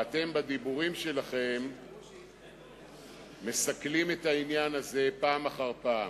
ואתם בדיבורים שלכם מסכלים את העניין הזה פעם אחר פעם.